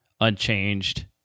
unchanged